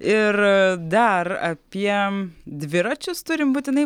ir dar apie dviračius turim būtinai